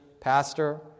pastor